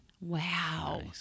Wow